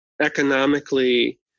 economically